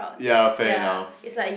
yeah fair enough